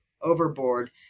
overboard